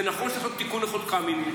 זה נכון שצריך לעשות תיקון לחוק קמיניץ.